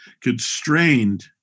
constrained